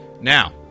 Now